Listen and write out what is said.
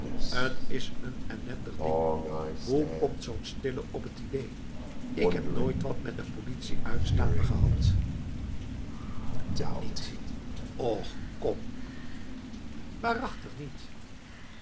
t is een ellendig ding hoe komt zoo'n stille op t idee ik heb nooit wat met de politie uitstaande gehad niet och kom waarachtig niet